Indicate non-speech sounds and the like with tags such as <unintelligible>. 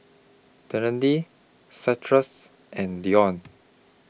<unintelligible> and Deon